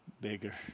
bigger